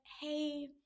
hey